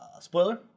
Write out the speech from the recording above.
spoiler